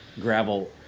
gravel